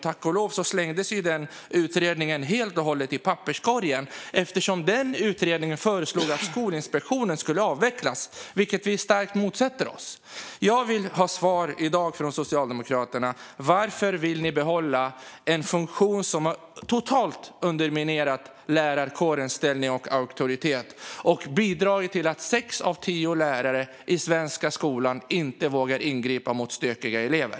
Tack och lov slängdes den utredningen i papperskorgen eftersom denna utredning föreslog att Skolinspektionen skulle avvecklas, vilket vi starkt motsätter oss. Jag vill ha svar i dag från Socialdemokraterna: Varför vill ni behålla en funktion som totalt har underminerat lärarkårens ställning och auktoritet och bidragit till att sex av tio lärare i den svenska skolan inte vågar ingripa mot stökiga elever?